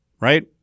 right